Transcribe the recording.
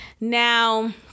Now